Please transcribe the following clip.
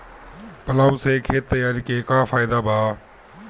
Plough से खेत तैयारी के का फायदा बा?